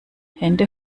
hände